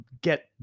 get